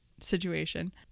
situation